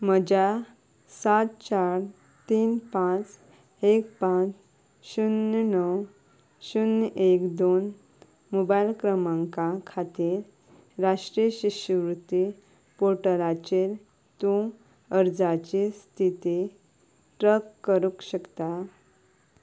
म्हज्या सात चार तीन पांच एक पांच शुन्य णव शुन्य एक दोन मोबायल क्रमांका खातीर राष्ट्रीय शिश्यवृत्ती पोर्टलाचेर तूं अर्जाची स्थिती ट्रॅक करूंक शकता